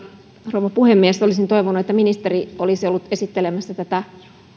rouva puhemies olisin toivonut että ministeri olisi ollut esittelemässä tätä